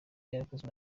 yarakozwe